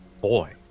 boy